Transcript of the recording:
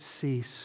cease